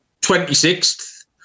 26th